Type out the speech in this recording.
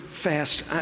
Fast